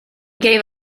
gave